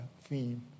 theme